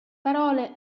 parole